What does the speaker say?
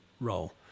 role